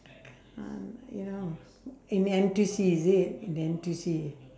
can't you know in N_T_U_C is it in N_T_U_C